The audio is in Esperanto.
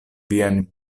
viajn